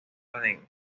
baden